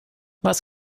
was